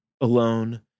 alone